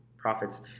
profits